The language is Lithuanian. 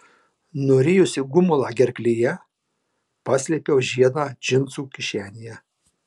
nurijusi gumulą gerklėje paslėpiau žiedą džinsų kišenėje